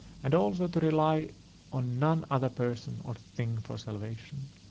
and also to rely on none other person or thing for salvation.